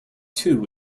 two